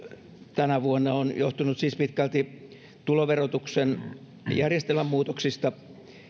tänä vuonna on johtunut siis pitkälti tuloverotuksen järjestelmämuutoksista